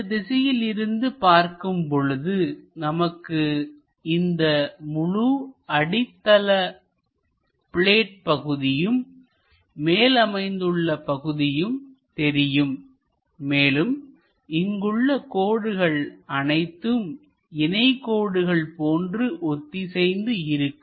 இந்த திசையில் இருந்து பார்க்கும் பொழுதுநமக்கு இந்த முழு அடித்தள பிளேட் பகுதியும் மேல் அமைந்துள்ள பகுதியும் தெரியும் மேலும் இங்குள்ள கோடுகள் அனைத்தும் இணைகோடுகள் போன்று ஒத்திசைந்து இருக்கும்